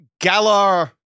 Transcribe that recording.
Galar